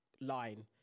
line